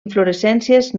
inflorescències